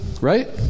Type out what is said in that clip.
right